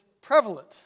prevalent